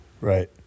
Right